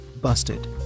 busted